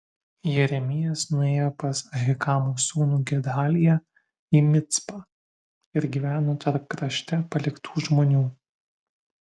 jeremijas nuėjo pas ahikamo sūnų gedaliją į micpą ir gyveno tarp krašte paliktų žmonių